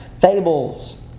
fables